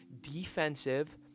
Defensive